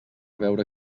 veure